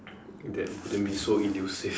that wouldn't be so elusive